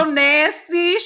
nasty